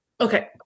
Okay